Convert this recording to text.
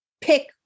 pick